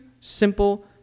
simple